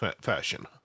fashion